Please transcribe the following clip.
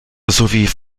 sowie